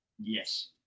yes